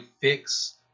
fix